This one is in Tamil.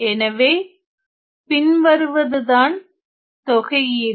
எனவே பின்வருவதுதான் தொகையீடு